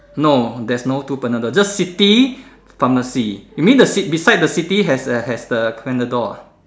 no there's no two Panadol just city pharmacy you mean the city beside the city has has the Panadol ah